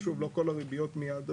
ושוב לא כל הריביות מיד עולות.